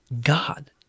God